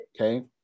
Okay